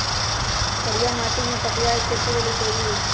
करिया माटि में पटूआ के खेती लेल उपयोगी होइ छइ